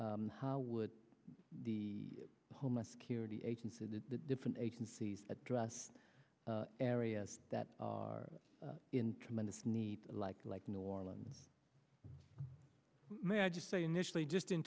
c how would the homeland security agency the different agencies address areas that are in tremendous need like like new orleans may i just say